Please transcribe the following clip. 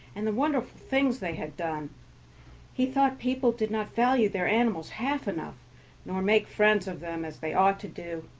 and the wonderful things they had done he thought people did not value their animals half enough nor make friends of them as they ought to do.